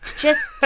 just